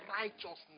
righteousness